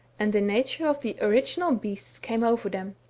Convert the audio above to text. and the nature of the original beasts came over them,